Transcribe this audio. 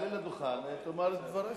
תעלה לדוכן ותאמר את דבריך.